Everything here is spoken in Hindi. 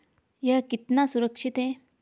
यह कितना सुरक्षित है?